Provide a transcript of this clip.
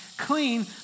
clean